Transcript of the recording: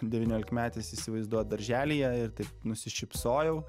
devyniolikmetis įsivaizduot darželyje ir taip nusišypsojau